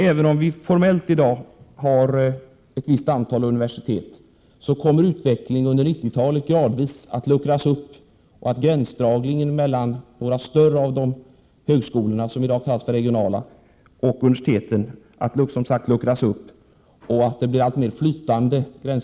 Även om vi formellt har ett visst antal universitet i dag, kommer utvecklingen under 1990-talet gradvis att leda till en uppluckring och till att gränsdragningen mellan de större högskolorna, de som i dag kallas för regionala, och universiteten blir alltmer flytande.